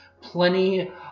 plenty